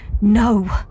No